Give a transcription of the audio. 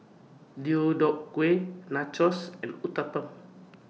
Deodeok Gui Nachos and Uthapam